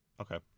Okay